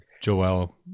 Joel